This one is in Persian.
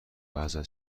ازت